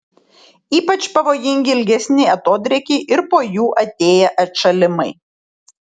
ypač pavojingi ilgesni atodrėkiai ir po jų atėję atšalimai